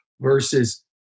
versus